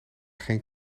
geen